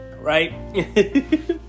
Right